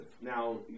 Now